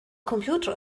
computer